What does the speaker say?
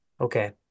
Okay